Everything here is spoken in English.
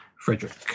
Frederick